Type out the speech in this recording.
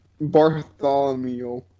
Bartholomew